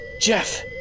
Jeff